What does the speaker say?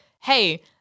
hey